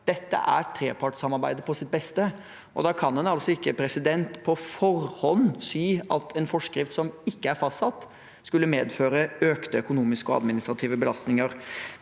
Dette er trepartssamarbeidet på sitt beste. Da kan en ikke på forhånd si at en forskrift som ikke er fastsatt, skulle medføre økte økonomiske og administrative belastninger.